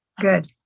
good